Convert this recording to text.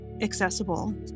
accessible